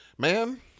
Man